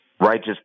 Righteous